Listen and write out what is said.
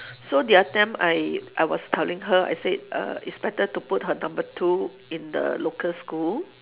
so the other time I I was telling her I said uh it's better to put her number two in the local school